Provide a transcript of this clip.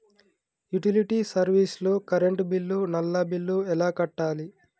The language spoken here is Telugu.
యుటిలిటీ సర్వీస్ లో కరెంట్ బిల్లు, నల్లా బిల్లు ఎలా కట్టాలి?